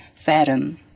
fathom